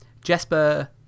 Jesper